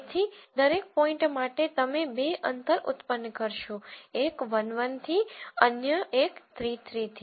તેથી દરેક પોઈન્ટ માટે તમે બે અંતર ઉત્પન્ન કરશો એક 1 1 થી અન્ય એક 3 3 થી